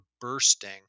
bursting